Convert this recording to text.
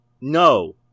No